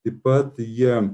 taip pat jie